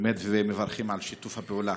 ומברכים על שיתוף הפעולה.